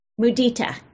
mudita